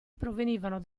provenivano